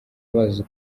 bazi